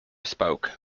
spoke